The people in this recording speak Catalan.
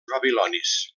babilonis